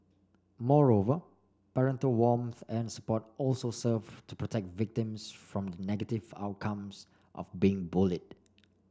moreover parental warmth and support also serve to protect victims from the negative outcomes of being bullied